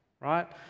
right